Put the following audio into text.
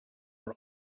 were